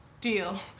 Deal